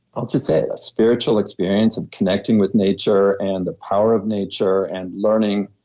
i'll just say it, a spiritual experience of connecting with nature and the power of nature and learning.